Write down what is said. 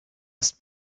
ist